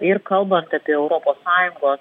ir kalbantapie europos sąjungos